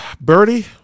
Birdie